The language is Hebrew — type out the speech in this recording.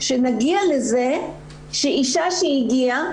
שנגיע לזה שאישה שהגיעה,